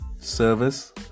Service